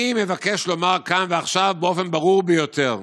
אני מבקש לומר כאן ועכשיו באופן ברור ביותר: